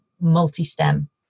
multi-stem